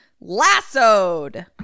lassoed